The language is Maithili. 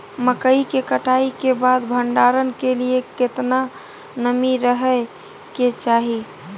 मकई के कटाई के बाद भंडारन के लिए केतना नमी रहै के चाही?